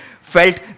felt